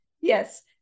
yes